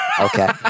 Okay